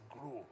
grow